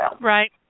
Right